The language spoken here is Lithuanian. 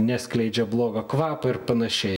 neskleidžia blogo kvapo ir panašiai